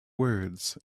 words